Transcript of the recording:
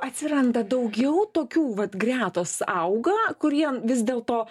atsiranda daugiau tokių vat gretos auga kurie vis dėlto